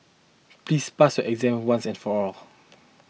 please pass your exam once and for all